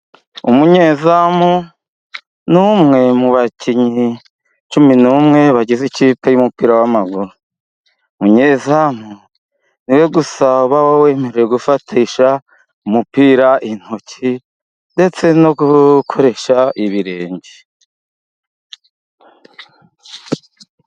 Umunyezamu ni umwe mu bakinnyi cumi n'umwe bagize ikipe y'umupira w'amaguru; umunyezamu niwe gusa wemerewe gufatisha umupira intoki ndetse no gukoresha ibirenge.